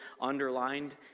underlined